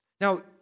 Now